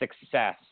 success